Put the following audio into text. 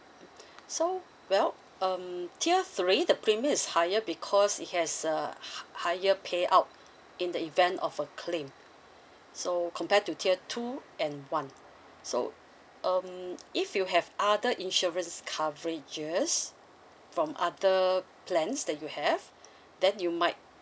mm so well um tier three the premium is higher because it has a hi~ higher pay out in the event of a claim so compare to tier two and one so um if you have other insurance coverages from other plans that you have then you might